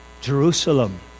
Jerusalem